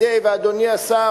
ואדוני השר,